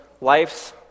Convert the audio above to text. life's